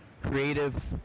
creative